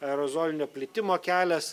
aerozolinio plitimo kelias